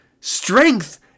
strength